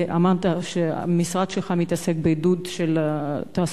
ואמרת שהמשרד שלך מתעסק בעידוד התעסוקה,